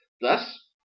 Thus